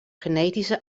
genetische